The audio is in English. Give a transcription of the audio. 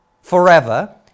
forever